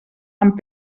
amb